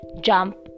jump